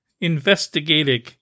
investigating